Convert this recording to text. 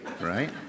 Right